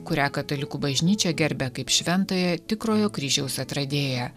kurią katalikų bažnyčia gerbia kaip šventąją tikrojo kryžiaus atradėją